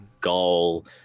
goal